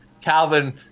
Calvin